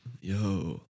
Yo